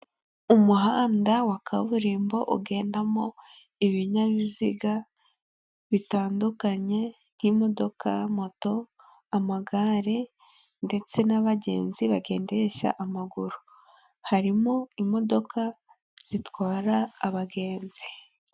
Umuhanda wa kaburimbo ugendamo ibinyabiziga bitandukanye nk'imodoka, moto, amagare ndetse n'abagenzi bagendesha amaguru. Harimo imodoka zitwara abagenzi.